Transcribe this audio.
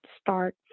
start